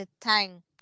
time